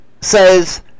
says